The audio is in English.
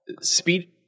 Speed